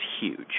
huge